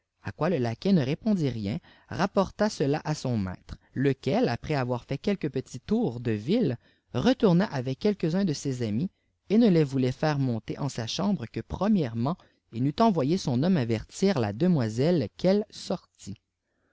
à quoi le laquais ne répondit rien rap porta cela à son maître lequel après avoir fait quelques petits tours de ville retourna avec quelques uns de ses amis et ne les voulait faire monter en sa chambre que premièrement il n'eût envoyé son homme avertir la demoiselle qu'elle sortît